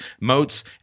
moats